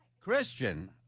Christian